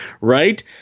right